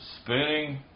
spinning